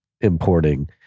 importing